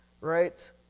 right